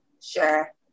Sure